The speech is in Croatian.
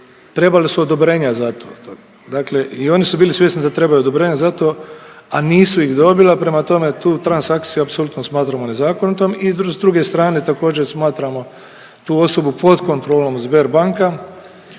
trebali su odobrenja za to. Dakle i oni su bili svjesni da trebaju odobrenja za to, a nisu ih dobila prema tome tu transakciju apsolutno smatramo nezakonitom i s druge strane također smatramo tu osobu pod kontrolom Sberbanka